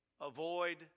Avoid